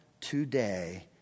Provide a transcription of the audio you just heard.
today